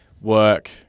work –